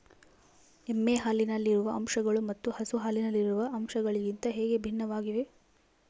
ಎಮ್ಮೆ ಹಾಲಿನಲ್ಲಿರುವ ಅಂಶಗಳು ಮತ್ತು ಹಸು ಹಾಲಿನಲ್ಲಿರುವ ಅಂಶಗಳಿಗಿಂತ ಹೇಗೆ ಭಿನ್ನವಾಗಿವೆ?